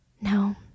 No